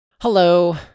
Hello